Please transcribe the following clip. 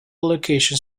location